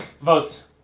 votes